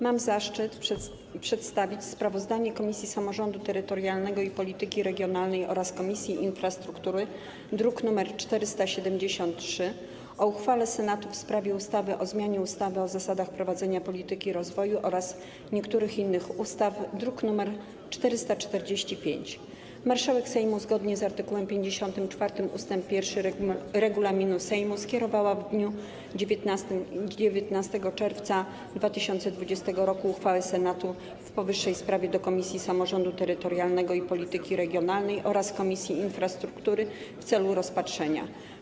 Mam zaszczyt przedstawić sprawozdanie Komisji Samorządu Terytorialnego i Polityki Regionalnej oraz Komisji Infrastruktury, druk nr 473, o uchwale Senatu w sprawie ustawy o zmianie ustawy o zasadach prowadzenia polityki rozwoju oraz niektórych innych ustaw, druk nr 445. Marszałek Sejmu, zgodnie z art. 54 ust. 1 regulaminu Sejmu, skierowała w dniu 19 czerwca 2020 r. uchwałę Senatu w powyższej sprawie do Komisji Samorządu Terytorialnego i Polityki Regionalnej oraz Komisji Infrastruktury w celu rozpatrzenia.